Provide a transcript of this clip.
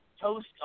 toast